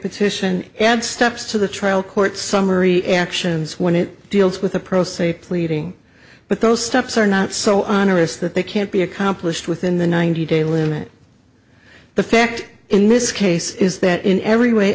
petition and steps to the trial court summary actions when it deals with a pro se pleading but those steps are not so on or is that they can't be accomplished within the ninety day limit the fact in this case is that in every way